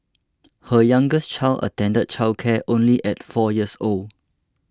her youngest child attended childcare only at four years old